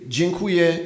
Dziękuję